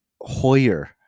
Hoyer